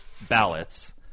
ballots